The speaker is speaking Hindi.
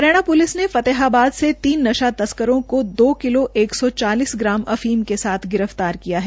हरियाणा पुलिस ने फतेहाबाद से तीन नशा तस्करों को दो किलो एक सौ चालीस अफीम के साथ गिरफ्तार किया है